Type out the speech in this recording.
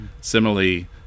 Similarly